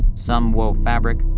some wove fabric.